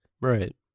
Right